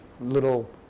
little